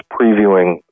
previewing